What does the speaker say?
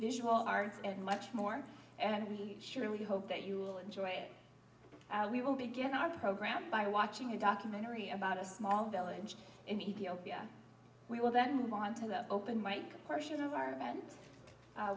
visual arts and much more and we surely hope that you will enjoy it we will begin our program by watching a documentary about a small village in ethiopia we will then move on to the open mike question of our event